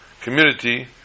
community